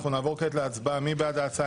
נעבור כעת להצבעה מי בעד ההצעה?